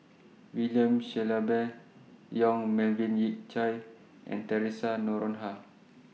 William Shellabear Yong Melvin Yik Chye and Theresa Noronha